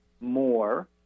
more